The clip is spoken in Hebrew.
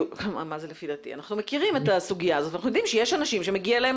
שיש אנשים שמגיע להם.